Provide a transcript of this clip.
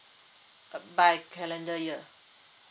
uh by calendar year